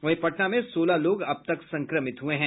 वहीं पटना में सोलह लोग अब तक संक्रमित हुए हैं